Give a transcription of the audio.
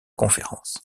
conférence